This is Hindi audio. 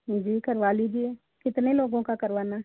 जी करवा लीजिए कितने लोगों का करवाना